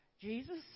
Jesus